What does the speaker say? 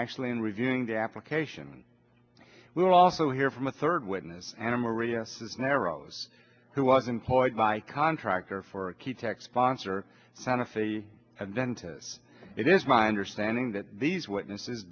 actually in reviewing the application we will also hear from a third witness anna maria says narrows who was employed by contractor for a key tech sponsor santa fe and then to us it is my understanding that these witnesses